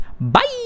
Bye